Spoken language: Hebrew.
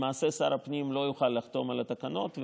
למעשה שר הפנים לא יוכל לחתום על התקנות,